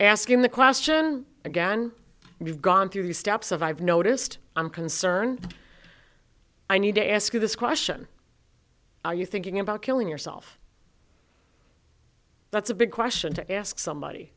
asking the question again we've gone through the steps of i've noticed i'm concerned i need to ask you this question are you thinking about killing yourself that's a big question to ask somebody